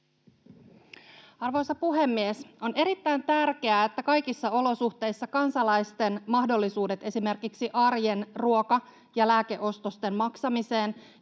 Arvoisa puhemies! On erittäin tärkeää, että kaikissa olosuhteissa kansalaisten mahdollisuudet esimerkiksi arjen ruoka‑ ja lääkeostosten maksamiseen